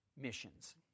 Missions